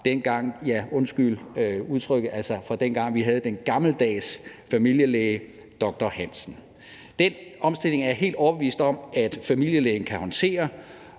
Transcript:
udtrykket, vi havde den gammeldags familielæge doktor Hansen. Den omstilling er jeg helt overbevist om, at familielægen kan håndtere,